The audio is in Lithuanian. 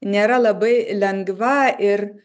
nėra labai lengva ir